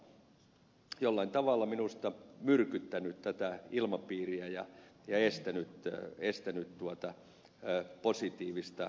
tämä on jollain tavalla minusta myrkyttänyt tätä ilmapiiriä ja estänyt positiivista kehitystä